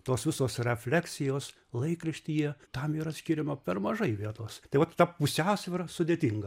tos visos refleksijos laikraštyje tam yra skiriama per mažai vietos tai vat ta pusiausvyra sudėtinga